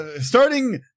starting